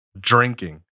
drinking